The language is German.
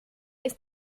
ist